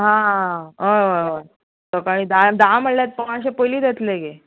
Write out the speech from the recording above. आं आं आं हय हय सकाळीं धांक धा म्हळ्यार मात्शी पयलीत येतलें